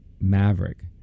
Maverick